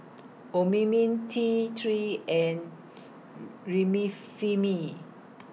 Obimin T three and Remifemin